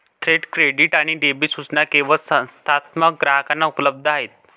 थेट क्रेडिट आणि डेबिट सूचना केवळ संस्थात्मक ग्राहकांना उपलब्ध आहेत